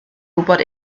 gwybod